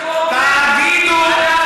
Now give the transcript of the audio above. אנחנו אומרים.